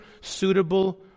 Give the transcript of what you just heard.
suitable